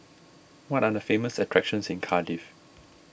what are the famous attractions in Cardiff